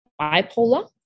bipolar